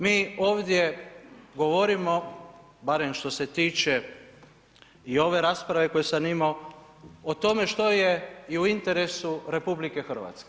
Mi ovdje govorimo, barem što se tiče i ove rasprave koju sam imao, o tome što je i u interesu RH.